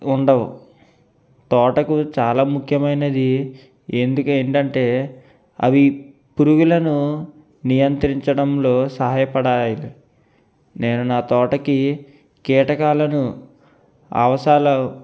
ఉండవు తోటకు చాల ముఖ్యమైనది ఏంటిదంటే అవి పురుగులను నియంత్రయించడంలో సహాయపడాలి నేను నా తోటకి కీటకాలను అవసాల